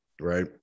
right